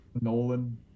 Nolan